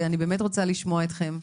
ואני באמת רוצה לשמוע אתכם.